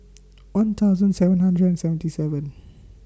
one thousand seven hundred and seventy seven